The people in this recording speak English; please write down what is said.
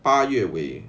八月尾